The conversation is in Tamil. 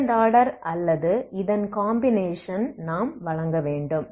செகண்ட் ஆர்டர் அல்லது இதன் காம்பினேஷன் நாம் வழங்க வேண்டும்